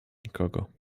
nikogo